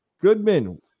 Goodman